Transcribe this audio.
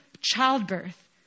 childbirth